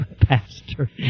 Pastor